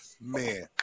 man